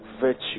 virtue